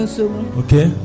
okay